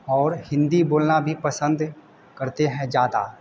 और हिंदी बोलना भी पसंद करते हैं ज़्यादा